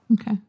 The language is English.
Okay